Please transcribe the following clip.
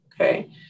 Okay